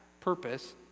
purpose